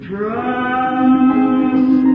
Trust